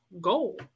goal